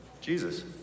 jesus